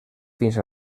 fins